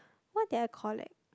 what did I collect